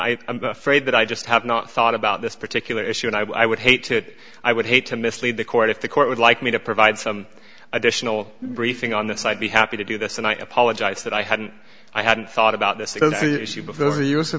afraid that i just have not thought about this particular issue and i would hate it i would hate to mislead the court if the court would like me to provide some additional briefing on this i'd be happy to do this and i apologize that i hadn't i hadn't thought about this s